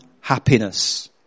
happiness